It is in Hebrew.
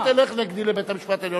אתה תלך נגדי לבית-המשפט העליון,